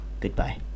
goodbye